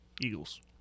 eagles